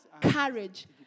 courage